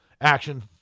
action